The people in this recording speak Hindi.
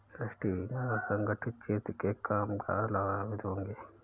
राष्ट्रीय बीमा से असंगठित क्षेत्र के कामगार लाभान्वित होंगे